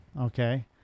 okay